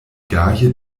gaje